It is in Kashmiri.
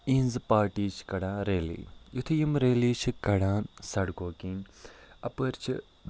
یِہنٛزٕ پاٹی چھِ کَڈان ریلی یُتھے یِم ریلی چھِ کَڈان سَڈکو کِن اَپٲرۍ چھِ